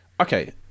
okay